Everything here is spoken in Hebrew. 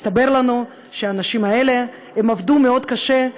הסתבר לנו שהאנשים האלה עבדו מאוד קשה,